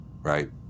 Right